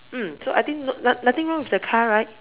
mm so I think not~ nothing wrong with the car right